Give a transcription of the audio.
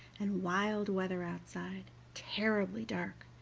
and wild weather outside, terribly dark,